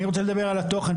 אני רוצה לדבר על התוכן,